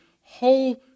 whole